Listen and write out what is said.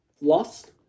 lost